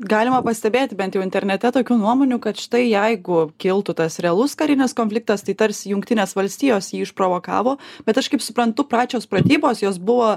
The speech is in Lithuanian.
galima pastebėti bent jau internete tokių nuomonių kad štai jeigu kiltų tas realus karinis konfliktas tai tarsi jungtinės valstijos jį išprovokavo bet aš kaip suprantu pačios pratybos jos buvo